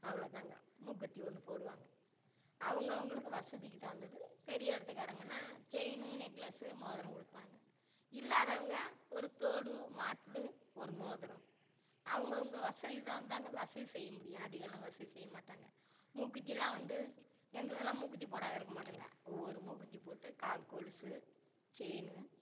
அவ்வளோதாங்கோ மூக்குத்தி ஒன்று போடுவாங்க அவங்கவுகளுக்கு வசதிக்கு தகுந்தது பெரிய இடத்துக்காரகன்னா செயினு நெக்லஸு மோதிரம் கொடுப்பாங்க இல்லாதவங்க ஒரு தோடு மாட்டலு ஒரு மோதிரம் அவங்கவுங்க வசதிதகுந்துதாங்க வசதி செய்யமுடியும் அதிகம்லாம் வசதி செய்யமாட்டாங்கள் மூக்குத்தியெலாம் வந்து எங்களுக்கெலாம் மூக்குத்தி போடாத இருக்கமாட்டங்கள் ஒவ்வொரு மூக்குத்தி போட்டு கால் கொலுசு செயினு